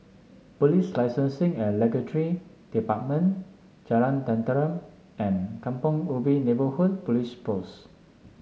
Police Licensing and Department Jalan Tenteram and Kampong Ubi Neighbourhood Police Post